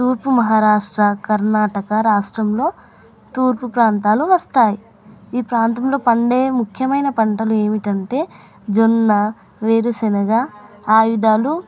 తూర్పు మహారాష్ట్ర కర్ణాటక రాష్ట్రంలో తూర్పు ప్రాంతాలు వస్తాయి ఈ ప్రాంతంలో పండే ముఖ్యమైన పంటలు ఏమిటంటే జొన్న వేరుశెనగ ఆముధాలు